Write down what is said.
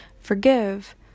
forgive